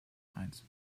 eins